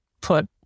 put